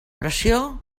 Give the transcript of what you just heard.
pressió